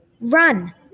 Run